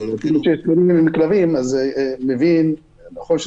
למי שיש כלבים מבין שאולי זה